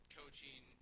coaching